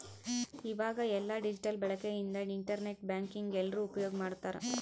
ಈವಾಗ ಎಲ್ಲ ಡಿಜಿಟಲ್ ಬಳಕೆ ಇಂದ ಇಂಟರ್ ನೆಟ್ ಬ್ಯಾಂಕಿಂಗ್ ಎಲ್ರೂ ಉಪ್ಯೋಗ್ ಮಾಡ್ತಾರ